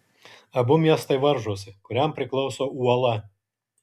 abu miestai varžosi kuriam priklauso uola